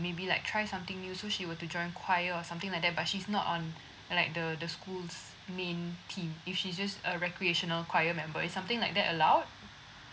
maybe like try something new so she were to join choir or something like that but she's not on like the the school's main team if she's just a recreational choir member is something like that allowed